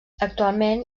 actualment